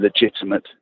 legitimate